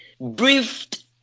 briefed